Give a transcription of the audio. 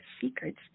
secrets